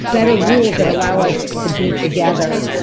better rules that allow us to be together.